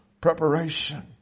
preparation